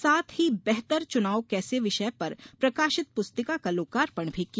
साथ ही बेहतर चुनाव कैसे विषय पर प्रकाशित पुस्तिका का लोकार्पण भी किया